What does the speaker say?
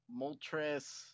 Moltres